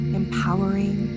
empowering